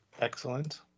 excellent